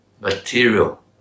material